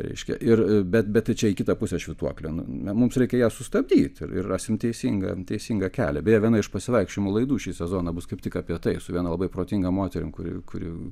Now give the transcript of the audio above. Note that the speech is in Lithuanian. reiškia ir bet bet tai čia į kitą pusę švytuoklė nu mums reikia ją sustabdyt ir rasim teisingą teisingą kelią beje viena iš pasivaikščiojimų laidų šį sezoną bus kaip tik apie tai su viena labai protinga moterim kuri kuri